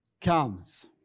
comes